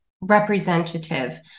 representative